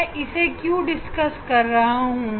मैं इसे क्यों डिस्कस कर रहा हूं